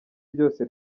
ryose